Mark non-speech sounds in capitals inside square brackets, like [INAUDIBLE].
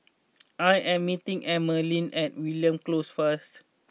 [NOISE] I am meeting Emeline at Mariam Close first